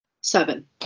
seven